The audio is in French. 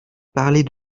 parler